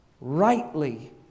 rightly